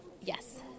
yes